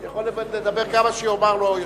בבקשה,